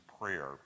prayer